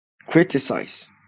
criticize